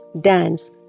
dance